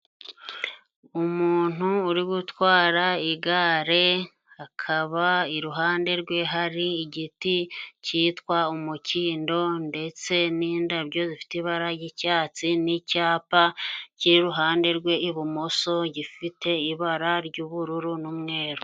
Umuntu uri gutwara igare akaba iruhande rwe hari igiti cyitwa umukindo, ndetse n'indabyo zifite ibara ry'icyatsi n'icyapa cyiruhande rwe, ibumoso gifite ibara ry'ubururu n'umweru.